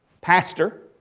pastor